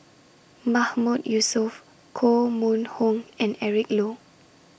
Mahmood Yusof Koh Mun Hong and Eric Low